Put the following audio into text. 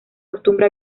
costumbre